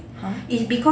!huh!